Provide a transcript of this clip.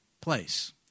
place